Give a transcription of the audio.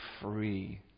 free